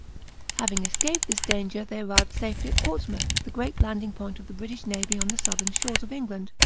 having escaped this danger, they arrived safely at portsmouth, the great landing point of the british navy on the southern shores of england,